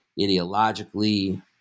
ideologically